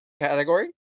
category